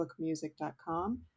bookmusic.com